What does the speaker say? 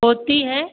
होती है